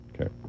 Okay